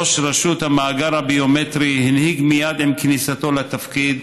ראש רשות המאגר הביומטרי הנהיג מייד עם כניסתו לתפקיד,